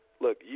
Look